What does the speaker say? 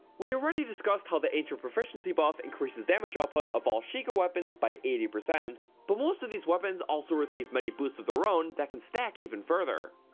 we already discussed how the ancient proficiency buff increases damage output of all sheikah weapons by eighty, but most of these weapons also receive many boosts of their own that can stack even further.